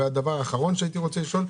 ודבר אחרון שעליו אני רוצה לשאול,